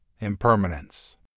impermanence